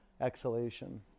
exhalation